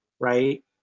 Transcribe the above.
right